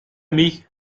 mich